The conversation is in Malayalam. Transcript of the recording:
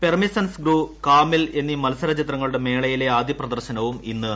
പെർസിമ്മൺസ് ഗ്രൂ കാമിൽ എന്നീ മത്സര ചിത്രങ്ങളുടെ മേളയിലെ ആദ്യ പ്രദർശനവും ഇന്ന് നടക്കും